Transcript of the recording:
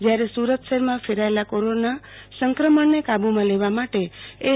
જયારે સુરત શહેરમાં ફેલાયેલા કોરોના સંક્રમેણને કાબુમાં લેવા મોટે એસ